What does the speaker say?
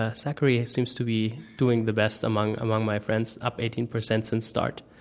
ah zachary seems to be doing the best among among my friends. up eighteen percent since start.